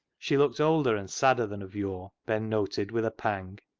she looked older and sadder than of yore, ben noted with a pang,